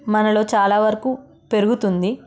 మనలో చాలా వరకు పెరుగుతుంది